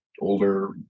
older